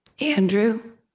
Andrew